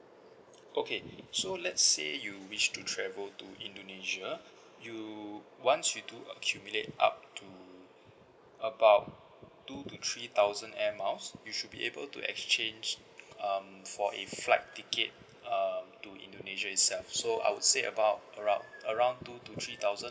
okay so let's say you wish to travel to indonesia you once you do accumulate up to about two to three thousand air miles you should be able to exchange um for a flight ticket um to indonesia itself so I would say about around around two to three thousand